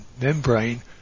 membrane